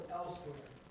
elsewhere